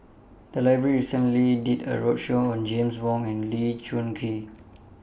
The Library recently did A roadshow on James Wong and Lee Choon Kee